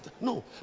No